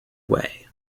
way